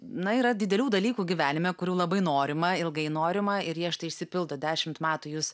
na yra didelių dalykų gyvenime kurių labai norima ilgai norima ir jie štai išsipildo dešimt metų jūs